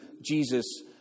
Jesus